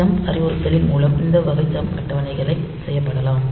jump அறிவுறுத்தலின் மூலம் இந்த வகை ஜம்ப் அட்டவணைகளைச் செயல்படுத்தலாம்